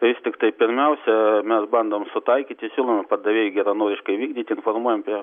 vis tiktai pirmiausia mes bandom sutaikyti siūlome pardavėjui geranoriškai vykdyti informuojam apie